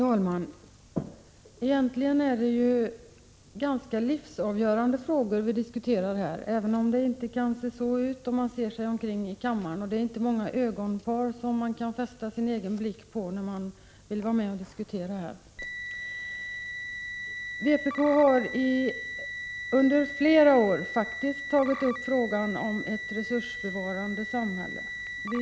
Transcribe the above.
Herr talman! Det är egentligen ganska livsavgörande frågor som vi diskuterar här, även om det inte ser så ut när man blickar ut över kammaren. Det finns inte många ögonpar att fästa sin egen blick på när man diskuterar här. Vpk har faktiskt under flera år tagit upp frågan om ett resursbevarande samhälle till diskussion.